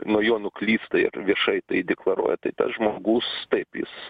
nuo jo nuklysta ir viešai tai deklaruoja tai tas žmogus taip jis